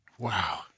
Wow